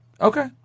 Okay